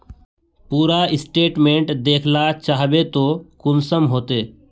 पूरा स्टेटमेंट देखला चाहबे तो कुंसम होते?